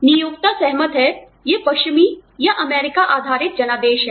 नियोक्ता सहमत हैं ये पश्चिमी या अमेरिका आधारित जनादेश हैं